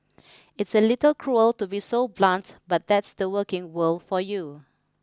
it's a little cruel to be so blunt but that's the working world for you